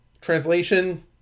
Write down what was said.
Translation